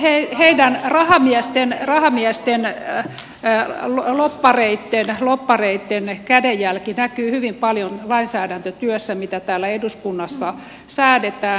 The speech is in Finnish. no heidän rahamiesten lobbareitten kädenjälki näkyy hyvin paljon lainsäädäntötyössä mitä täällä eduskunnassa säädetään